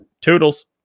Toodles